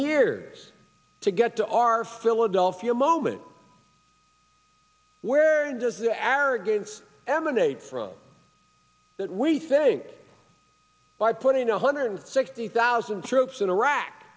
years to get to our philadelphia moment where does the arrogance emanate from that we think by putting one hundred sixty thousand troops in ira